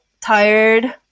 tired